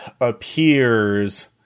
appears